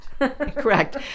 correct